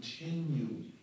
continue